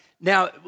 now